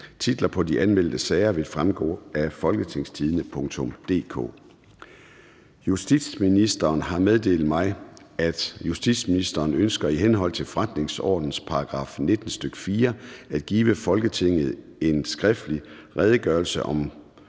Titler på de anmeldte sager vil fremgå af www.folketingstidende.dk (jf. ovenfor). Justitsministeren (Peter Hummelgaard) har meddelt mig, at han ønsker i henhold til forretningsordenens § 19, stk. 4, at give Folketinget en skriftlig Redegørelse om